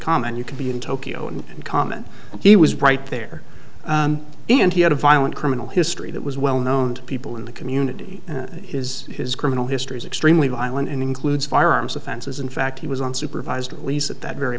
common you could be in tokyo and comment he was right there and he had a violent criminal history that was well known to people in the community and his his criminal history is extremely violent and includes firearms offenses in fact he was unsupervised at least at that very